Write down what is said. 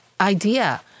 idea